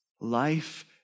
life